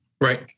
Right